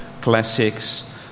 classics